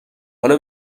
حالا